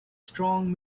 strong